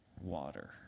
water